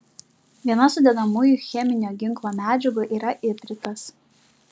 viena sudedamųjų cheminio ginklo medžiagų yra ipritas